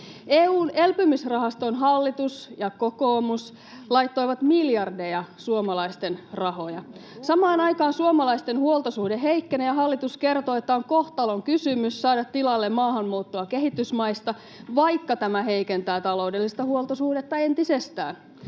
EU:n elpymisrahastoon hallitus ja kokoomus laittoivat miljardeja suomalaisten rahoja. Samaan aikaan suomalaisten huoltosuhde heikkenee, ja hallitus kertoo, että on kohtalonkysymys saada tilalle maahanmuuttoa kehitysmaista, vaikka tämä heikentää taloudellista huoltosuhdetta entisestään.